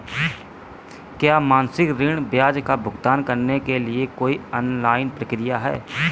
क्या मासिक ऋण ब्याज का भुगतान करने के लिए कोई ऑनलाइन प्रक्रिया है?